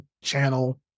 channel